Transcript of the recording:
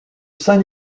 saint